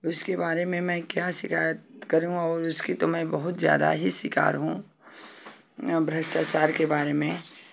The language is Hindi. उसके बारे में मैं क्या सिकायत करूँ और उसकी तो मैं बहुत जादा ही सिकार हूँ भ्रष्टाचार के बारे में